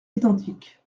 identiques